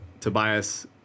Tobias